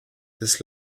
this